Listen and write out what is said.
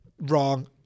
wrong